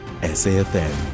SAFM